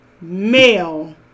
male